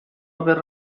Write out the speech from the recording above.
haver